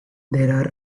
there